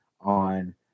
on